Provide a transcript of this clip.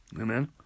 Amen